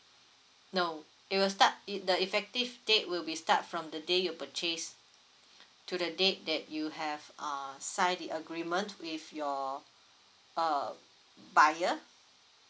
no it will start it the effective date will be start from the day you purchase to the date that you have uh sigh the agreement with your uh buyer